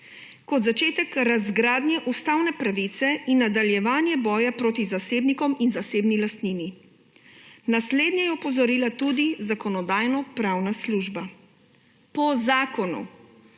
kot začetek razgradnje ustavne pravice in nadaljevanje boja proti zasebnikom in zasebni lastnini. Na slednje je opozorila tudi Zakonodajno-pravna služba. Po zakonu